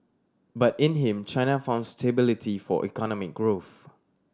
but in him China found stability for economic growth